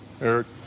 Eric